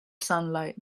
sunlight